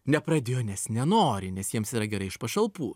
nepradėjo nes nenori nes jiems yra gerai iš pašalpų